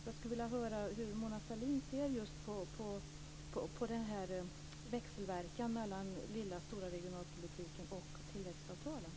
Jag skulle vilja höra hur Mona Sahlin ser på växelverkan mellan lilla och stora regionalpolitiken och tillväxtavtalen.